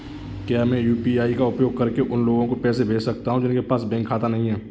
क्या मैं यू.पी.आई का उपयोग करके उन लोगों को पैसे भेज सकता हूँ जिनके पास बैंक खाता नहीं है?